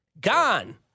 gone